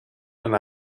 and